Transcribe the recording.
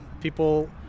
People